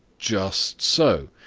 just so!